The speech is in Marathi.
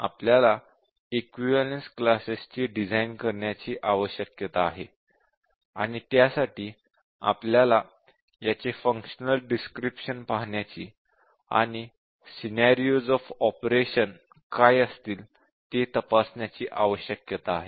आपल्याला इक्विवलेन्स क्लासेस ची डिझाईन करण्याची आवश्यकता आहे आणि त्यासाठी आपल्याला याचे फंक्शनल डिस्क्रिशन पाहण्याची आणि सिनॅरिओज ऑफ ऑपरेशन काय असतील ते तपासण्याची आवश्यकता आहे